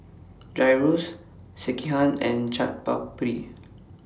Gyros Sekihan and Chaat Papri